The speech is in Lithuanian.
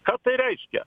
ką tai reiškia